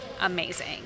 amazing